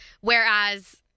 Whereas